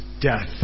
death